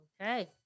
Okay